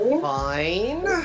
fine